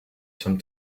some